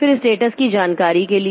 फिर स्टेटस की जानकारी के लिए